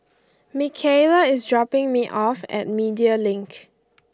Mikaela is dropping me off at Media Link